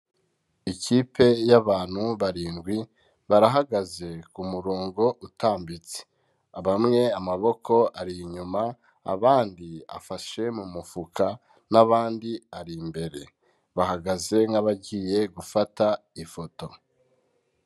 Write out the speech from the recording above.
Ikipe y'abantu barindwi barahagaze ku murongo utambitse. Bamwe amaboko ari inyuma, abandi afashe mu mufuka n'abandi ari imbere, bahagaze nk'abagiye gufata ifoto.